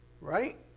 right